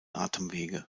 atemwege